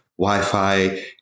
Wi-Fi